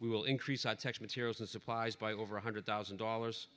we will increase the tax materials and supplies by over one hundred thousand dollars